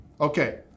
Okay